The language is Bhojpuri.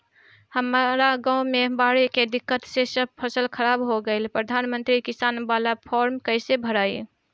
हमरा गांव मे बॉढ़ के दिक्कत से सब फसल खराब हो गईल प्रधानमंत्री किसान बाला फर्म कैसे भड़ाई?